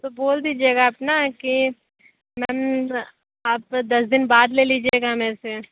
तो बोल दीजिएगा आप ना कि मैम आप दस दिन बाद ले लिजिएगा मेरे से